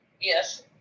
yes